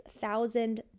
thousand